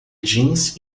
jeans